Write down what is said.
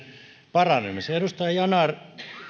paranemiseen edustaja yanar